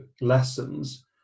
lessons